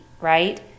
right